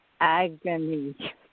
agony